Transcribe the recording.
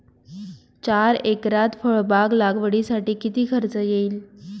चार एकरात फळबाग लागवडीसाठी किती खर्च येईल?